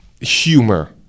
humor